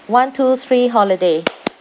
one two three holiday